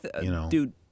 dude